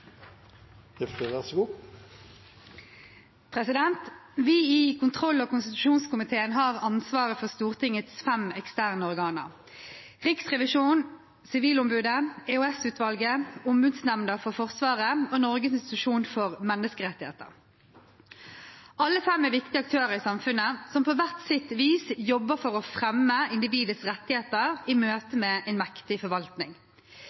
Vi i kontroll- og konstitusjonskomiteen har ansvaret for Stortingets fem eksterne organer: Riksrevisjonen, Sivilombudet, EOS-utvalget, Ombudsnemnda for Forsvaret og Norges institusjon for menneskerettigheter. Alle fem er viktige aktører i samfunnet som på hvert sitt vis jobber for å fremme individets rettigheter i møte med en mektig forvaltning.